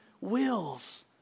wills